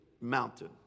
mountain